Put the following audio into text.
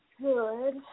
Good